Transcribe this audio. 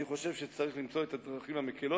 אני חושב שצריך למצוא את הדרכים המקילות,